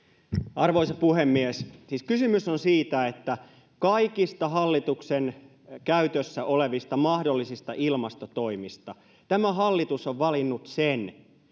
arvoisa puhemies siis kysymys on siitä että kaikista hallituksen käytössä olevista mahdollisista ilmastotoimista tämä hallitus on valinnut sen